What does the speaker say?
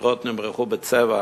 הקירות נמרחו בצבע,